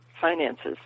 finances